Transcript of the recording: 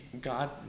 God